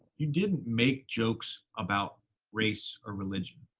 you didn't make jokes about race or religion.